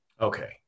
Okay